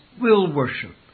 will-worship